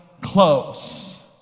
close